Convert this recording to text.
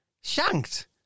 Shanked